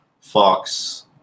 Fox